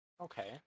Okay